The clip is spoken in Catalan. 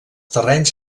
terrenys